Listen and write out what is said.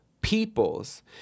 people's